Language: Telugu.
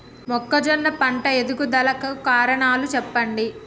మొక్కజొన్న పంట ఎదుగుదల కు కారణాలు చెప్పండి?